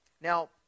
Now